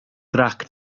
grac